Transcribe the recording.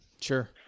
Sure